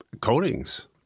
coatings